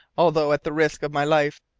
although at the risk of my life.